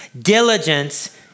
Diligence